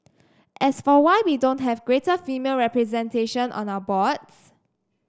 as for why we don't have greater female representation on our boards